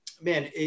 Man